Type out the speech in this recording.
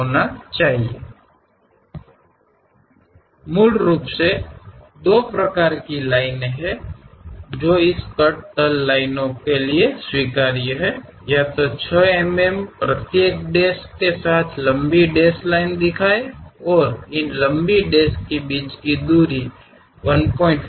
ಈ ಕತ್ತರಿಸಿದ ಸಮತಲ ರೇಖೆಗಳಿಗೆ ಮೂಲತಃ ಎರಡು ರೀತಿಯ ರೇಖೆಗಳಿವೆ 6 ಮಿಮೀ ಪ್ರತಿ ಡ್ಯಾಶ್ನೊಂದಿಗೆ ಉದ್ದವಾದ ಡ್ಯಾಶ್ ಮಾಡಿದ ರೇಖೆಗಳನ್ನು ತೋರಿಸುವ ಮೂಲಕ ಮತ್ತು ಈ ಉದ್ದವಾದ ಡ್ಯಾಶ್ಗಳ ನಡುವಿನ ಅಂತರವು 1